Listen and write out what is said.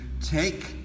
take